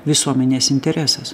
visuomenės interesas